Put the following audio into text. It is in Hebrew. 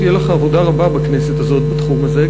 תהיה לך עבודה רבה בכנסת הזאת בתחום הזה,